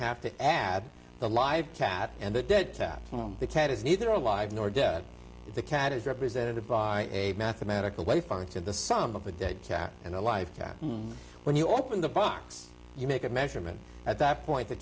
have to add the live cat and the dead cat the cat is neither alive nor dead the cat is represented by a mathematical way far into the son of a dead cat and a life that when you open the box you make a measurement at that point the